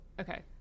okay